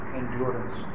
endurance